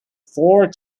four